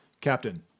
Captain